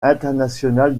international